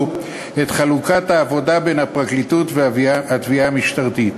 את חלוקת העבודה בין הפרקליטות והתביעה המשטרתית.